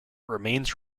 remains